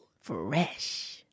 fresh